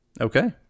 Okay